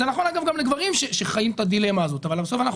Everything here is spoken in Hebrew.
זה נכון גם לגברים שחיים את הדילמה הזאת אבל עכשיו אנחנו